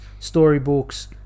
Storybooks